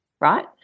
right